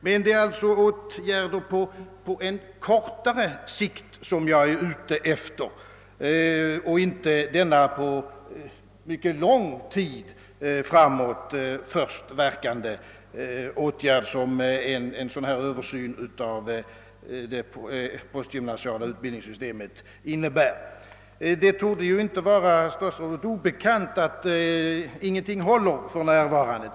Men det är åtgärder på kortare sikt som jag nu är ute efter och inte åtgärder som verkar först efter mycket lång tid, såsom fallet är med de åtgärder som kan bli resultatet av en sådan här översyn av det postgymnasiala utbildningssystemet. Det torde inte vara statsrådet obekant att ingenting håller för närvarande.